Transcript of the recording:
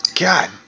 God